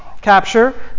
capture